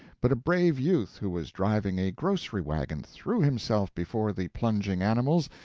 but a brave youth who was driving a grocery-wagon threw himself before the plunging animals,